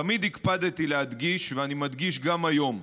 תמיד הקפדתי להדגיש, ואני מדגיש גם היום,